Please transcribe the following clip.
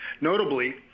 Notably